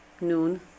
noon